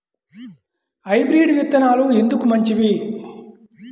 Hybrid విత్తనాలు ఎందుకు మంచివి?